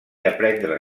aprendre